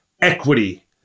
equity